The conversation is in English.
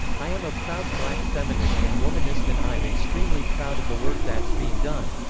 i am a proud black feminist and womanist and i'm extremely proud of the work that's being done.